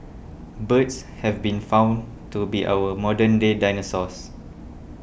birds have been found to be our modern day dinosaurs